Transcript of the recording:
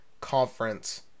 conference